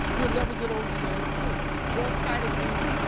you'll never get on the same page. we'll try to do,